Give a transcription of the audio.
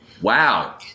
Wow